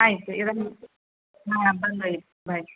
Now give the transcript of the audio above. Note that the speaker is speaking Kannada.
ಆಯಿತು ಇಡಮ್ ಹಾಂ ಬಂದು ಒಯ್ಯಿ ರೀ ಬಾಯ್